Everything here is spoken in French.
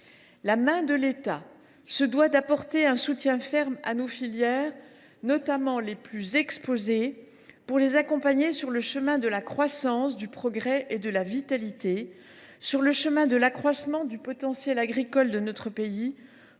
efficacité. L’État doit apporter un soutien ferme à nos filières, notamment les plus exposées, pour les accompagner sur le chemin de la croissance, du progrès et de la vitalité, sur le chemin de l’accroissement du potentiel agricole de notre pays